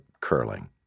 curling